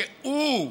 שהוא,